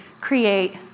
create